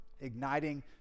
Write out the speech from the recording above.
igniting